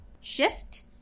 shift